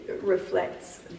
reflects